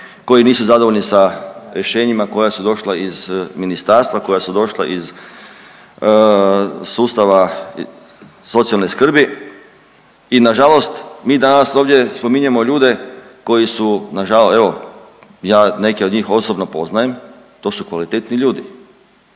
koji nisu zadovoljni sa rješenjima koja su došla iz ministarstva, koja su došla iz sustava socijalne skrbi i nažalost mi danas ovdje spominjemo ljude koji su naža…, evo ja neke od njih osobno poznajem, to su kvalitetni ljudi